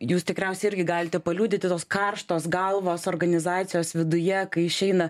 jūs tikriausiai irgi galite paliudyti tos karštos galvos organizacijos viduje kai išeina